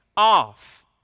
off